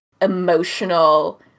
emotional